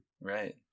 Right